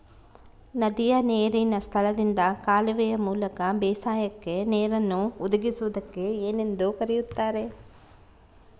ನದಿಯ ನೇರಿನ ಸ್ಥಳದಿಂದ ಕಾಲುವೆಯ ಮೂಲಕ ಬೇಸಾಯಕ್ಕೆ ನೇರನ್ನು ಒದಗಿಸುವುದಕ್ಕೆ ಏನೆಂದು ಕರೆಯುತ್ತಾರೆ?